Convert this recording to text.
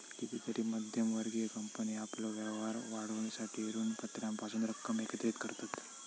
कितीतरी मध्यम वर्गीय कंपनी आपलो व्यापार वाढवूसाठी ऋणपत्रांपासून रक्कम एकत्रित करतत